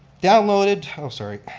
downloaded, i'm sorry.